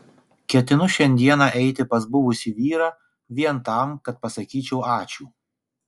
ketinu šiandieną eiti pas buvusį vyrą vien tam kad pasakyčiau ačiū